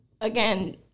again